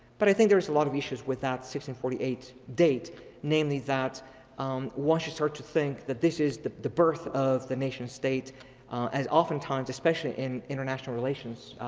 but i think there's lot of issues with that six and forty eight date namely that um washington starts to think that this is the the birth of the nation state as often times especially in international relations.